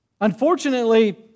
Unfortunately